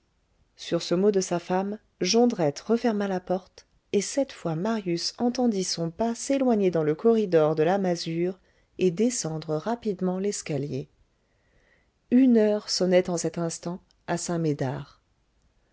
sur ce mot de sa femme jondrette referma la porte et cette fois marius entendit son pas s'éloigner dans le corridor de la masure et descendre rapidement l'escalier une heure sonnait en cet instant à saint-médard